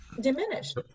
diminished